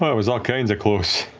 was all kindsa close.